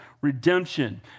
redemption